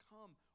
come